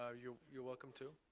ah you're you're welcome to.